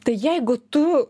tai jeigu tu